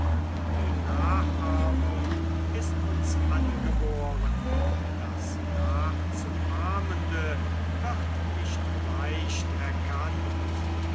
die nachahmung ist uns angeboren das nachzuahmende wird nicht leicht erkannt